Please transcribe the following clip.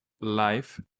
life